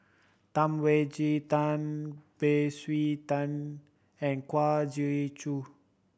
Tam Wai Jia Tan Beng Swee Tan and Kwa Geok Choo